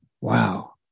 wow